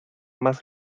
más